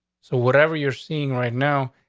so whatever you're seeing right now,